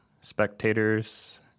spectators